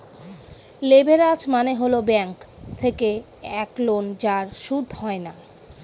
leverage মানে হল bank থেকে এক লোন যার সুদ হয় না